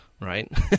Right